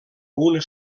una